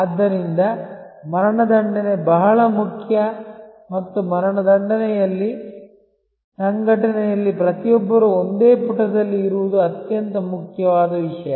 ಆದ್ದರಿಂದ ಮರಣದಂಡನೆ ಬಹಳ ಮುಖ್ಯ ಮತ್ತು ಮರಣದಂಡನೆಯಲ್ಲಿ ಸಂಘಟನೆಯಲ್ಲಿ ಪ್ರತಿಯೊಬ್ಬರೂ ಒಂದೇ ಪುಟದಲ್ಲಿ ಇರುವುದು ಅತ್ಯಂತ ಮುಖ್ಯವಾದ ವಿಷಯ